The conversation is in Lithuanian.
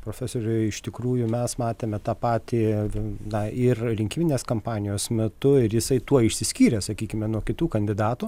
profesoriui iš tikrųjų mes matėme tą patį na ir rinkiminės kampanijos metu ir jisai tuo išsiskyrė sakykime nuo kitų kandidatų